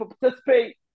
participate